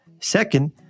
Second